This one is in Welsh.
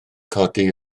codi